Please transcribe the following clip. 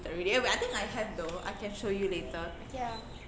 already but I think I have though I can show you later